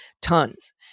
tons